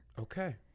Okay